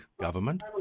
government